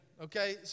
okay